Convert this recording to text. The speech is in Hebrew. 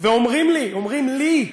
ואומרים לי, אומרים לי,